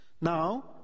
Now